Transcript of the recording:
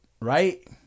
right